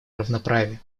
равноправия